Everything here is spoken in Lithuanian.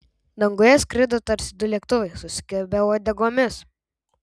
danguje skrido tarsi du lėktuvai susikibę uodegomis